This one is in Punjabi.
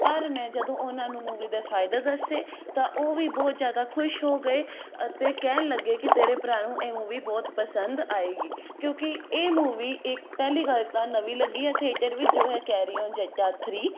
ਪਰ ਮੈਂ ਜਦੋਂ ਉਹਨਾਂ ਨੂੰ ਮੂਵੀ ਦੇ ਫ਼ਾਇਦੇ ਦੱਸੇ ਤਾਂ ਉਹ ਵੀ ਬਹੁਤ ਜ਼ਿਆਦਾ ਖੁਸ਼ ਹੋ ਗਏ ਅਤੇ ਕਹਿਣ ਲੱਗੇ ਕਿ ਤੇਰੇ ਭਰਾ ਨੂੰ ਇਹ ਮੂਵੀ ਬਹੁਤ ਪਸੰਦ ਆਵੇਗੀ ਕਿਉਂਕਿ ਇਹ ਮੂਵੀ ਇਹ ਪਹਿਲੀ ਗੱਲ ਤਾਂ ਨਵੀਂ ਲੱਗੀ ਹੈ ਥੀਏਟਰ ਵਿੱਚ ਜੋ ਹੈ ਕੈਰੀ ਓਨ ਜੱਟਾ ਥ੍ਰੀ